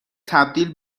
تبدیل